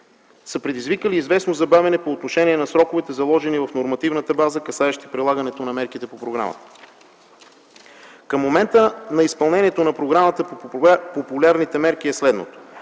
са предизвикали известно забавяне по отношение на сроковете, заложени в нормативната база, касаеща прилагането на мерките по програмата. Към момента изпълнението на програмата по популярните мерки е следното.